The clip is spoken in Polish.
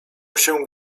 się